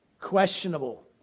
questionable